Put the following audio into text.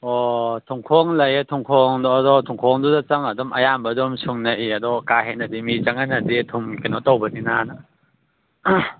ꯑꯣ ꯊꯨꯝꯈꯣꯡ ꯂꯩꯌꯦ ꯊꯨꯝꯈꯣꯡꯗꯣ ꯑꯗꯣ ꯊꯨꯝꯈꯣꯡꯗꯨꯗ ꯆꯪꯉ ꯑꯗꯨꯝ ꯑꯌꯥꯝꯕ ꯑꯗꯨꯝ ꯁꯨꯡꯅꯩ ꯑꯗꯨ ꯀꯥ ꯍꯦꯟꯅꯗꯤ ꯃꯤ ꯆꯪꯍꯟꯅꯗꯦ ꯊꯨꯝ ꯀꯩꯅꯣ ꯇꯧꯕꯅꯤꯅꯥꯅ